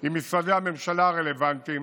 עם משרדי הממשלה הרלוונטיים